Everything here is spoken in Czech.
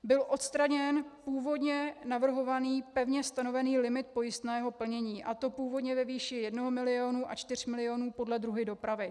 Byl odstraněn původně navrhovaný pevně stanovený limit pojistného plnění, a to původně ve výši 1 mil. a 4 mil. podle druhu dopravy.